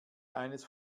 eines